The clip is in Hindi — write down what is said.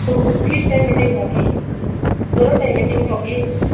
तो उस ठीक टाइम मीटिंग होगी दोनों टाइम मीटिंग होगी